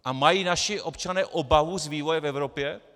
A mají naši občané obavu z vývoje v Evropě?